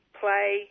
play